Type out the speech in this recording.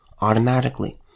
automatically